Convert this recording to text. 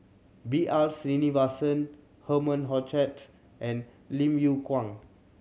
B R Sreenivasan Herman Hochstadt and Lim Yew Kuan